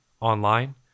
online